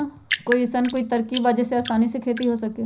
कोई अइसन कोई तरकीब बा जेसे आसानी से खेती हो सके?